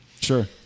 Sure